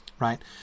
right